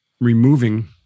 Removing